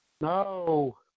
No